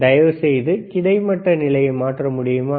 தயவுசெய்து கிடைமட்ட நிலையை மாற்ற முடியுமா